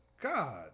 God